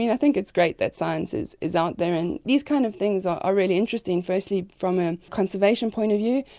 i think it's great that science is out out there, and these kinds of things are really interesting, firstly from a conservation point of view.